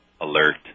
alert